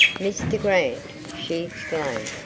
mr grant, she exclaimed,